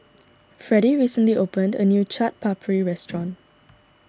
Fredie recently opened a new Chaat Papri restaurant